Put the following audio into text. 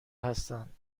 هستند